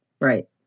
Right